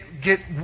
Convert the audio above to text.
get